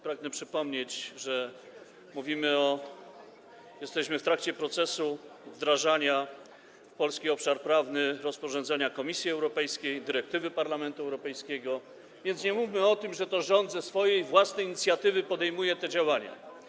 Pragnę przypomnieć, że jesteśmy w trakcie procesu wdrażania do polskiego obszaru prawnego rozporządzenia Komisji Europejskiej, dyrektywy Parlamentu Europejskiego, więc nie mówmy o tym, że to rząd z własnej inicjatywy podejmuje te działania.